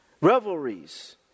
revelries